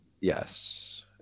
Yes